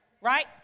right